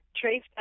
trace